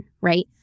right